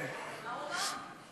מה הוא אמר?